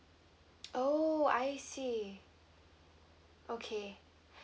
oh I see okay